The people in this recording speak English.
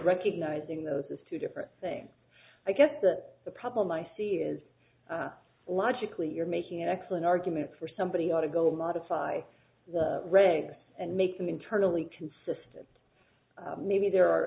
recognizing those is two different things i guess that the problem i see is logically you're making an excellent argument for somebody ought to go modify the regs and make them internally consistent maybe there are